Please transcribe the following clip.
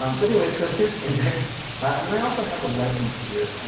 um but anyway so here's index and then i also have the legend here.